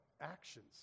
actions